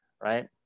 right